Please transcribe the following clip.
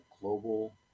global